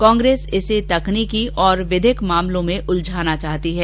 कांग्रेस इसे तकनीकी और विधिक मामलों में उलझाना चाहती है